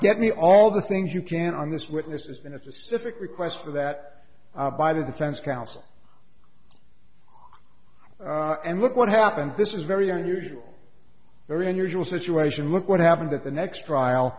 get me all the things you can on this witness has been a specific request for that by the defense counsel and look what happened this is very unusual very unusual situation look what happened at the next trial